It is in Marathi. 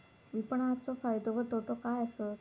विपणाचो फायदो व तोटो काय आसत?